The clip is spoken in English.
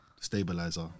stabilizer